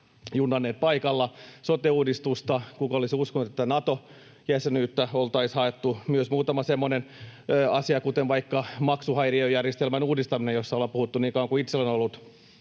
junnanneet paikalla: sote-uudistusta; kuka olisi uskonut, että Nato-jäsenyyttä oltaisiin haettu; myös muutama semmoinen asia, kuten vaikka maksuhäiriöjärjestelmän uudistaminen, josta ollaan puhuttu niin kauan kuin itse olen ollut